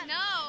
no